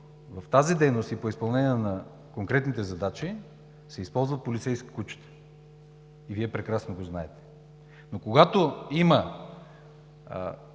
в тази дейност и по изпълнението на конкретните задачи се използват полицейски кучета, и Вие прекрасно го знаете. Но когато има